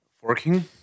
Forking